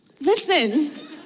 Listen